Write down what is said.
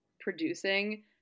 producing